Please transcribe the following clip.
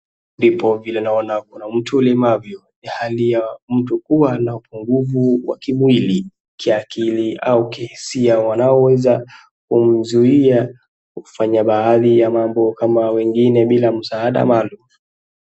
Ndipo vile naona kuna mtu mlemavu, ambayo ni hali ya upungufu wa kimwili, kiakili, au kihisia, inayomzuia kufanya baadhi ya mambo kama wengine bila msaada maalumu.